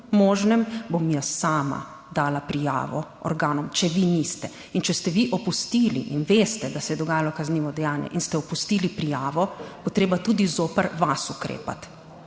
možnem, bom jaz sama dala prijavo organom, če vi niste in če ste vi opustili in veste, da se je dogajalo kaznivo dejanje in ste opustili prijavo, bo treba tudi zoper vas ukrepati.